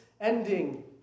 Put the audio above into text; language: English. ending